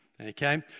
Okay